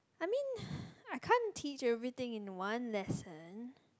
I mean I can't teach everything in one lesson